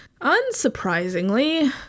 Unsurprisingly